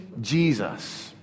Jesus